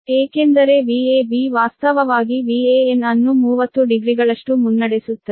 ಏಕೆಂದರೆ Vab ವಾಸ್ತವವಾಗಿ Van ಅನ್ನು 30 ಡಿಗ್ರಿಗಳಷ್ಟು ಮುನ್ನಡೆಸುತ್ತದೆ